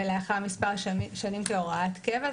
ולאחר מספר שנים כהוראת קבע.